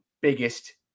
biggest